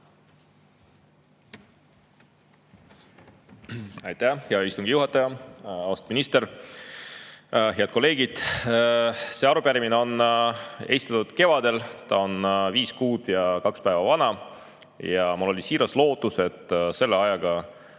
Aitäh, hea istungi juhataja! Austatud minister! Head kolleegid! See arupärimine on esitatud kevadel, ta on viis kuud ja kaks päeva vana ja mul oli siiras lootus, et selle ajaga